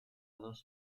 dos